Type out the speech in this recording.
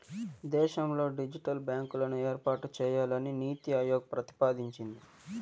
దేశంలో డిజిటల్ బ్యాంకులను ఏర్పాటు చేయాలని నీతి ఆయోగ్ ప్రతిపాదించింది